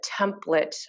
template